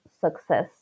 success